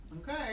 Okay